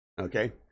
Okay